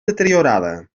deteriorada